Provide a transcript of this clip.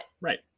Right